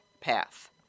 path